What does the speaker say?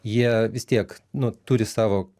jie vis tiek nu turi savo